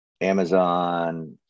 Amazon